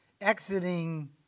exiting